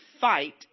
fight